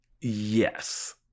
yes